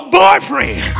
boyfriend